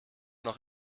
noch